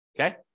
Okay